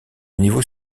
niveau